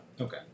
Okay